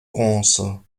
bronze